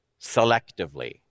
selectively